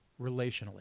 relationally